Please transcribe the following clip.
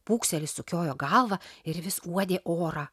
pūkselis sukiojo galvą ir vis uodė orą